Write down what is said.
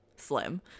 slim